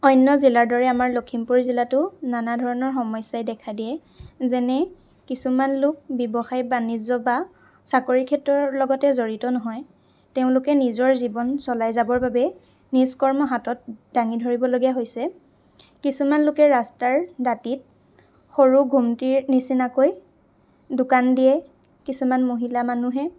অন্য় জিলাৰ দৰে আমাৰ লখিমপুৰ জিলাতো নানা ধৰণৰ সমস্য়াই দেখা দিয়ে যেনে কিছুমান লোক ব্য়ৱসায় বাণিজ্য় বা চাকৰি ক্ষেত্ৰৰ লগতে জড়িত নহয় তেওঁলোকে নিজৰ জীৱন চলাই যাবৰ বাবে নিজ কৰ্ম হাতত দাঙি ধৰিবলগীয়া হৈছে কিছুমান লোকে ৰাস্তাৰ দাঁতিত সৰু ঘুমটিৰ নিচিনাকৈ দোকান দিয়ে কিছুমান মহিলা মানুহে